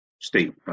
state